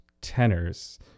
tenors